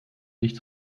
nicht